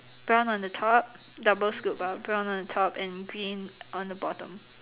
brown on the top double scoop ah brown on the top and green on the bottom